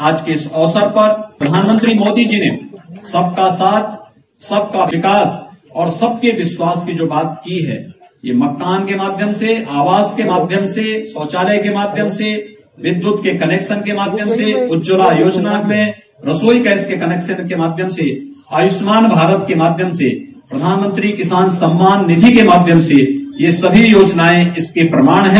आज के इस अवसर पर प्रधानमंत्री मोदी जी ने सबका साथ सबका विकास और सबका विश्वास की जो बात की है यह मकान के माध्यम से आवास के माध्यम से शौचालय के माध्यम से विद्यूत के कनेक्शन के माध्यम से उज्जवला योजना में रसोई गैस कनेक्शन के माध्यम से आयूष्मान भारत के माध्यम से प्रधानमंत्री किसान सम्मान निधि के माध्यम से ये सभी योजनाएं इसके प्रमाण हैं